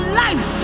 life